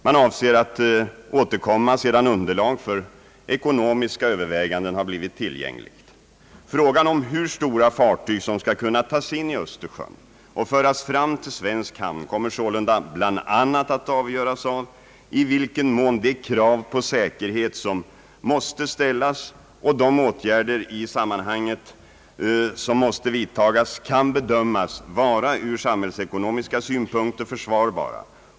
Man avser att återkomma sedan underlag för ekonomiska överväganden har blivit tillgängligt. Frågan om hur stora fartyg det är som skall kunna tas in i Östersjön och föras fram till svensk hamn kommer sålunda att avgöras av bl.a. i vilken mån de krav på säkerhet som måste ställas och de åtgärder i detta sammanhang som måste vidtas kan bedömas vara ur samhällsekonomisk synpunkt försvarbara.